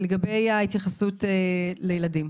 לגבי ההתייחסות לילדים.